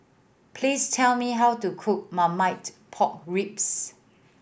please tell me how to cook Marmite Pork Ribs